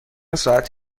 ساعت